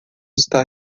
está